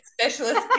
specialist